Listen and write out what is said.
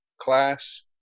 class